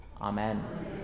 amen